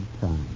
time